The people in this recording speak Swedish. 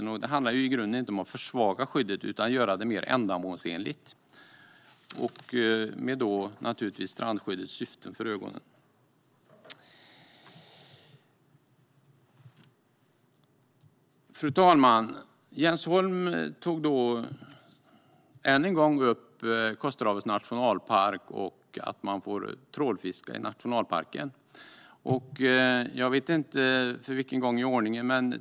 I grunden handlar det inte om att försvaga skyddet utan om att göra det mer ändamålsenligt, med strandskyddets syften för ögonen. Fru talman! Jens Holm tog än en gång upp Kosterhavets nationalpark och att man får trålfiska där, jag vet inte för vilken gång i ordningen.